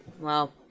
Wow